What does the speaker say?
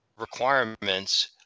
requirements